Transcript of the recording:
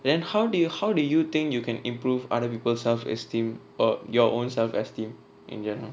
then how do you how do you think you can improve other people self esteem or your own self esteem in general